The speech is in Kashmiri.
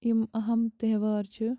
یِم أہم تہوار چھِ